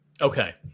Okay